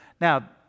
Now